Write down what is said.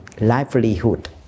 livelihood